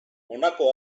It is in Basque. honako